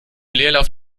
leerlauf